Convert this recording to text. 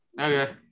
Okay